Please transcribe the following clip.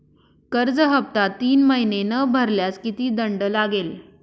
कर्ज हफ्ता तीन महिने न भरल्यास किती दंड लागेल?